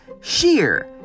sheer